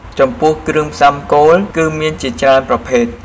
ចំពោះគ្រឿងផ្សំគោល គឺមានជាច្រើនប្រភេទ។